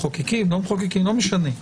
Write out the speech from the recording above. מחוקקים לא מחוקקים, לא משנה.